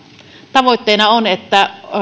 tavoitteena on että